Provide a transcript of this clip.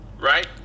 right